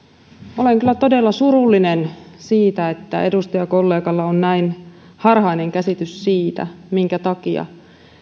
kyllä todella surullinen siitä että edustajakollegalla on näin harhainen käsitys siitä minkä takia